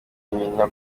nyina